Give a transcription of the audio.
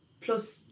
plus